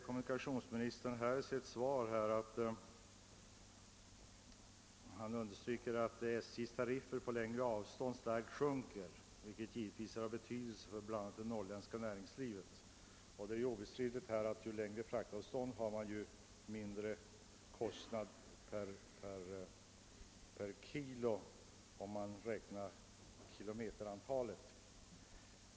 Kommunikationsministern understryker i sitt svar att SJ:s tariffer sjunker kraftigt med längre avstånd, vilket givetvis har betydelse för bl.a. det norrländska näringslivet. Det kan inte för nekas att ju större avståndet är, desto mindre blir kostnaden per kilogram om man räknar kilometerantalet.